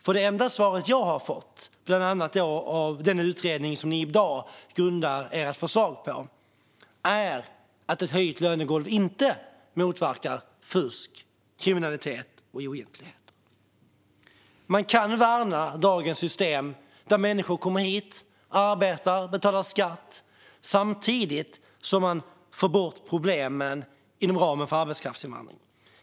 För det enda svar jag har fått av bland annat den utredning som ni i dag grundar ert förslag på är att ett höjt lönegolv inte motverkar fusk, kriminalitet och oegentligheter. Man kan värna dagens system där människor kommer hit, arbetar och betalar skatt samtidigt som man får bort problemen inom ramen för arbetskraftsinvandring.